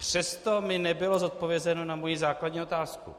Přesto mi nebylo odpovězeno na mou základní otázku.